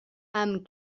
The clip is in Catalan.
amb